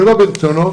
שלא ברצונו,